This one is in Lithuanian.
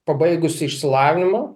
pabaigusi išsilavinimą